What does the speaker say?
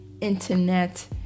internet